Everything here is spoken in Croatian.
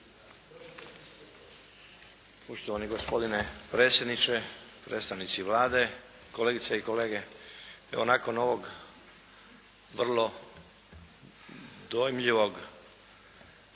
Poštovani gospodine predsjedniče, predstavnici Vlade, kolegice i kolege. Evo, nakon ovog vrlo dojmljivog